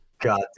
god